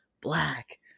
black